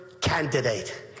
candidate